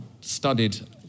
studied